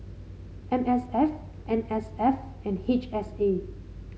M S F N S F and H S A